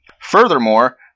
Furthermore